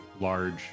large